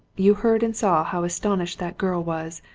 you heard and saw how astounded that girl was.